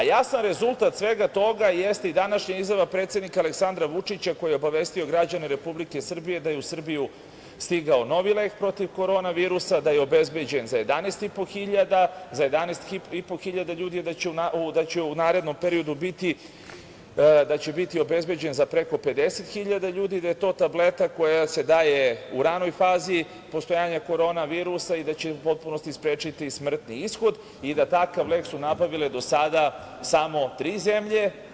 Jasan rezultat svega toga jeste i današnja izjava predsednika Aleksandra Vučića, koji je obavestio građane Republike Srbije da je u Srbiju stigao novi lek protiv korona virusa, da je obezbeđen za 11.500 ljudi, da će u narednom periodu biti obezbeđen za preko 50.000 ljudi, da je to tableta koja se daje u ranoj fazi postojanja korona virusa, da će u potpunosti sprečiti smrtni ishod i da su takav lek nabavile do sada samo tri zemlje.